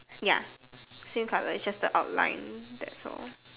ya same colour is just the outline that's all